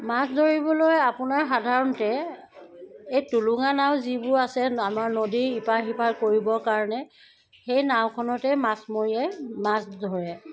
মাছ ধৰিবলৈ আপোনাৰ সাধাৰণতে এই টুলুঙা নাও যিবোৰ আছে আমাৰ নদীৰ ইপাৰ সিপাৰ কৰিবৰ কাৰণে সেই নাওখনতেই মাছমৰীয়াই মাছ ধৰে